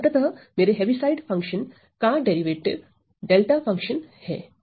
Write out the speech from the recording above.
और अंततः मेरे हेविसाइड फंक्शन का डेरिवेटिव डेल्टा फंक्शन है